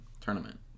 tournament